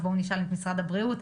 אז בואו נשאל את משרד הבריאות.